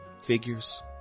Figures